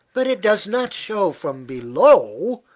but it does not show from below,